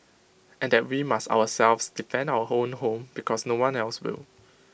and that we must ourselves defend our own home because no one else will